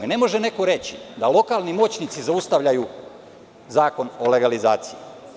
Ne može neko reći da lokalni moćnici zaustavljaju Zakon o legalizaciji.